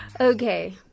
okay